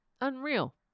Unreal